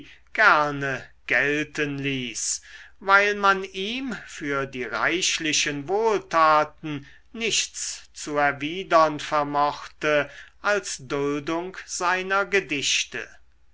gerne gelten ließ weil man ihm für die reichlichen wohltaten nichts zu erwidern vermochte als duldung seiner gedichte